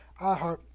iHeart